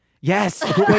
Yes